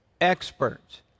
experts